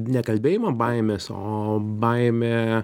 ne kalbėjimo baimės o baimė